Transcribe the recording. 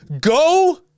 go